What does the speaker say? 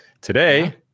Today